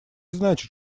значит